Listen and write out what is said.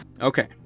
Okay